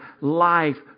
life